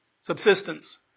subsistence